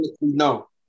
No